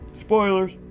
Spoilers